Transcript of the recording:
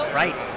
right